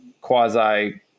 quasi